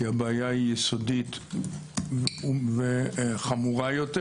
כי הבעיה היא יסודית וחמורה יותר,